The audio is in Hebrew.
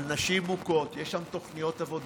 על נשים מוכות, יש שם תוכניות עבודה,